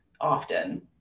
often